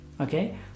okay